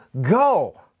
go